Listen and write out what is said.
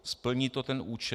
Splní to ten účel.